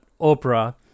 Oprah